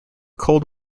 cold